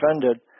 offended